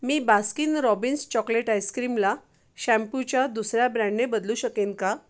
मी Baskin Robbins chocolate आईस्क्रीमला शॅम्पूच्या दुसऱ्या ब्रँडने बदलू शकेन का